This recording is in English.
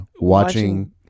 watching